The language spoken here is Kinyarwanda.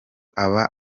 aba